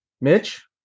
Mitch